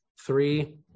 three